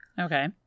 okay